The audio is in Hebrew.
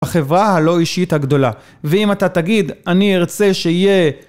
החברה הלא אישית הגדולה. ואם אתה תגיד: "אני ארצה שיהיה..."